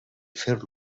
fer